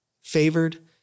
favored